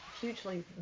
hugely